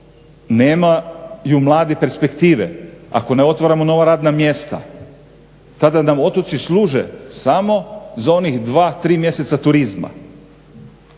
nemaju mladi perspektive, ako ne otvaramo nova radna mjesta. Tada nam otoci služe samo za onih 2-3 mjeseca turizma.